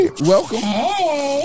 welcome